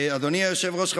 היושב-ראש,